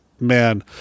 man